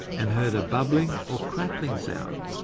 and heard a bubbling or crackling sound.